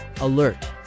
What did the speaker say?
alert